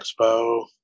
Expo